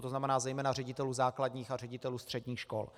To znamená zejména ředitelů základních a ředitelů středních škol.